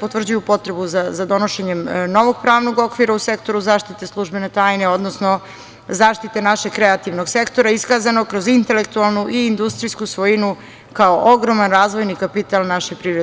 potvrđuju potrebu za donošenjem novog pravnog okvira u sektoru zaštite službene tajne, odnosno zaštite našeg kreativnog sektora iskazano kroz intelektualnu i industrijsku svojinu, kao ogroman razvojni kapital naše privrede.